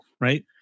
Right